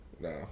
no